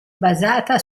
basata